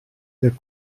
der